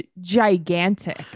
gigantic